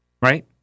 right